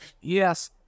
Yes